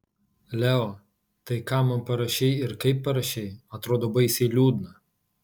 leo tai ką man parašei ir kaip parašei atrodo baisiai liūdna